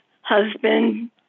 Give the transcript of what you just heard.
husband